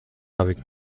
avec